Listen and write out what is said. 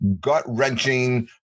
gut-wrenching